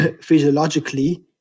Physiologically